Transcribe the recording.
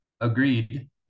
agreed